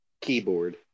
Keyboard